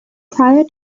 prior